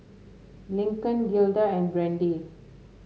Lincoln Gilda and Brandee